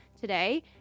today